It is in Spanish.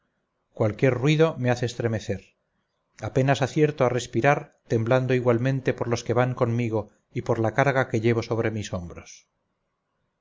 cualquier ruido me hace estremecer apenas acierto a respirar temblando igualmente por los que van conmigo y por la carga que llevo sobre mis hombros